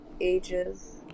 ages